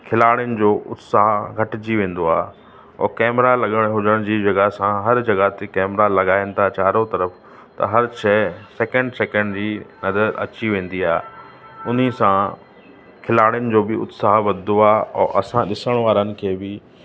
खिलाड़ियुनि जो उत्साह घटिजी वेंदो आहे और कैमरा लॻण हुजण जी जॻह सां हर जॻहि ते कैमरा लगाइनि था चारों तरफ त हर शइ सैकेंड सैकेंड जी नज़र अची वेंदी आहे उन सां खिलाड़ियुनि जो बि उत्साह वधंदो आहे और असां ॾिसण वारनि खे बि